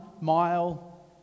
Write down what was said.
mile